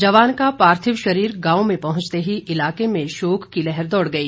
जवान का पार्थिव शरीर गांव में पहंचते ही इलाके में शोक की लहर दौड़ गई